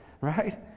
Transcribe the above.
right